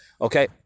okay